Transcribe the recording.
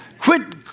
Quit